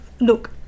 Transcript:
Look